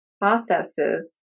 processes